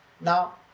Now